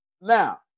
Now